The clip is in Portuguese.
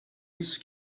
isso